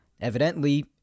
evidently